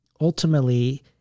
ultimately